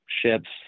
ships